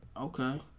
Okay